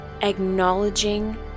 Acknowledging